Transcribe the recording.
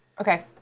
Okay